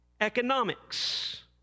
economics